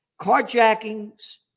Carjackings